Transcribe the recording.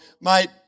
mate